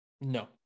No